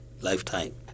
lifetime